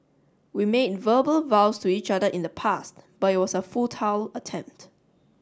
we made verbal vows to each other in the past but it was a futile attempt